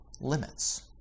limits